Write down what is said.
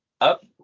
Up